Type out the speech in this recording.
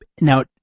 Now